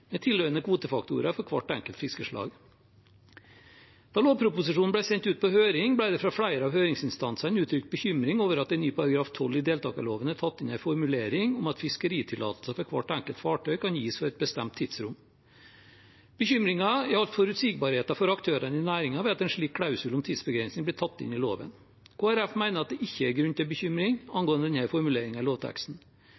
med tilhørende kvotefaktorer for hvert enkelt fiskeslag. Da lovproposisjonen ble sendt ut på høring, ble det fra flere av høringsinstansene uttrykt bekymring over at det i ny § 12 i deltakerloven er tatt inn en formulering om at fiskeritillatelser for hvert enkelt fartøy kan gis for et bestemt tidsrom. Bekymringen gjaldt forutsigbarhet for aktørene i næringen ved at en slik klausul om tidsbegrensning blir tatt inn i loven. Kristelig Folkeparti mener at det ikke er grunn til bekymring